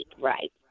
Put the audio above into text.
right